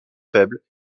faible